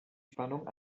spannung